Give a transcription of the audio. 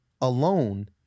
alone